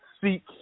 seek